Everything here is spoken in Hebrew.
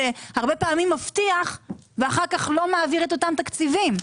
שהרבה פעמים מבטיח ואז לא מעביר את אותם התקציבים?